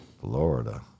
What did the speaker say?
Florida